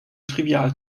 trivial